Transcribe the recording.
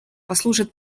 послужат